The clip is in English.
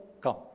come